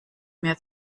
mehr